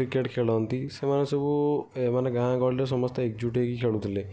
cricket ଖେଳନ୍ତି ସେମାନେ ସବୁ ସେମାନେ ଗାଁ ଗହଳିରେ ସମସ୍ତେ ଏକଜୁଟ ହୋଇକି ଖେଳୁଥିଲେ